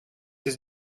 ist